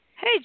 Hey